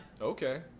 Okay